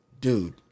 Dude